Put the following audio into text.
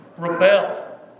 Rebel